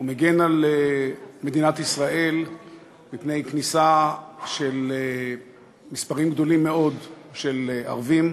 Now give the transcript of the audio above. הוא מגן על מדינת ישראל מפני כניסה של מספרים גדולים מאוד של ערבים,